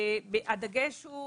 הדגש הוא,